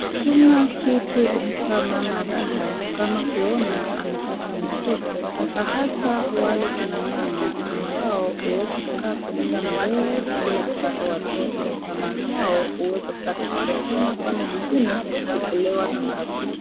Hakuna kitu humpa mama raha kama kuona amepata mtoto, hasa hasa wale kinamama ambao huweza kukaa kwa muda mrefu bila kupata watoto mama hao. Huweza kupata shida sana kwani wengine huchekelewa na marafiki.